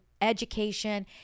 education